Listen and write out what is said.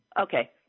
okay